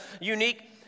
unique